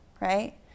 right